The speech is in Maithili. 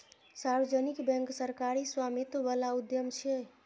सार्वजनिक बैंक सरकारी स्वामित्व बला उद्यम छियै